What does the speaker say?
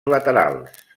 laterals